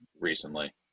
recently